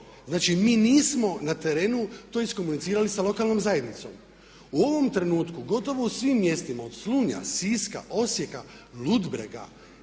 Znači, mi nismo na terenu to iskomunicirali sa lokalnom zajednicom. U ovom trenutku gotovo u svim mjestima od Slunja, Siska, Osijeka, Ludbrega,